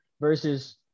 versus